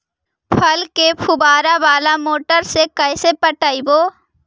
फूल के फुवारा बाला मोटर से कैसे पटइबै?